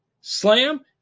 slam